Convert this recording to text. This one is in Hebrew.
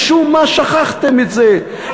משום מה שכחתם את זה.